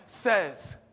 says